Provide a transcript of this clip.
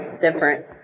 different